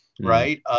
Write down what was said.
right